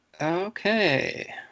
okay